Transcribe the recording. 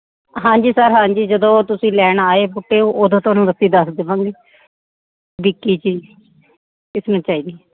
ਹਾਂਜੀ ਸਰ ਹਾਂਜੀ ਜਦੋਂ ਤੁਸੀਂ ਲੈਣ ਆਏ ਬੂਟੇ ਉਦੋਂ ਤੁਹਾਨੂੰ ਅਸੀਂ ਦੱਸ ਦੇਵਾਂਗੇ ਵੀ ਕੀ ਚੀਜ਼ ਕਿਸਨੂੰ ਚਾਹੀਦੀ